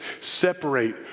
separate